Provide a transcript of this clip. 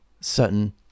certain